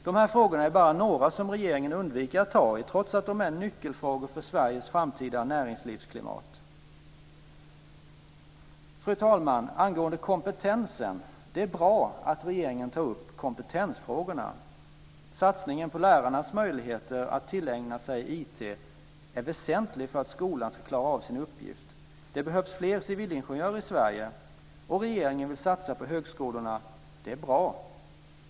Dessa frågor är bara några som regeringen undviker att ta i, trots att de är nyckelfrågor för Sveriges framtida näringslivsklimat. Fru talman! Sedan var det angående kompetensen. Det är bra att regeringen tar upp kompetensfrågorna. är väsentlig för att skolan ska klara av sin uppgift. Det behövs fler civilingenjörer i Sverige, och regeringen vill satsa på högskolorna. Det är bra.